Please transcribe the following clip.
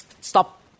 stop